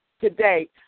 today